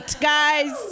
guys